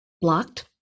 blocked